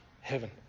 heaven